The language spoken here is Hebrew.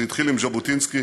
זה התחיל עם ז'בוטינסקי.